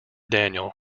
daniel